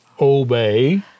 obey